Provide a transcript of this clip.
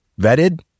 vetted